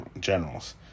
generals